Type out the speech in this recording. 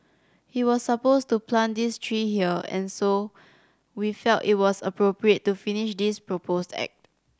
he was supposed to plant this tree here and so we felt it was appropriate to finish this proposed act